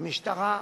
המשטרה,